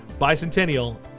Bicentennial